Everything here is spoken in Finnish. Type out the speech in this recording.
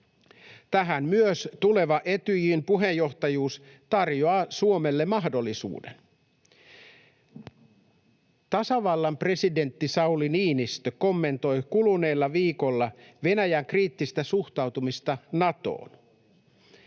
Tähän myös tuleva Etyjin puheenjohtajuus tarjoaa Suomelle mahdollisuuden. Tasavallan presidentti Sauli Niinistö kommentoi kuluneella viikolla Venäjän kriittistä suhtautumista Natoon.